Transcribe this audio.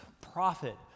prophet